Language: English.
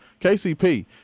KCP